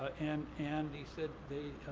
and and he said they